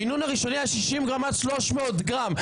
המינון הראשוני היה 300-60 גרם.